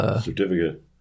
Certificate